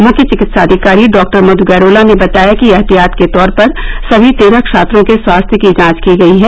मुख्य चिकित्साधिकारी डॉक्टर मंधु गैरोला ने बताया कि एहतियात के तौर पर सभी तेरह छात्रों के स्वास्थ्य की जांच की गयी है